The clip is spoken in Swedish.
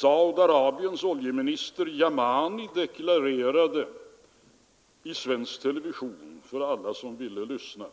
Saudi-Arabiens oljeminister Yamani deklarerade i svensk television för alla som ville lyssna